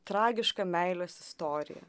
tragiška meilės istorija